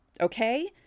Okay